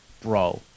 bro